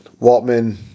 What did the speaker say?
Waltman